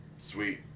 sweet